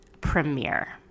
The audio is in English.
premiere